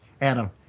Adam